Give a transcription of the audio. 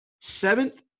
seventh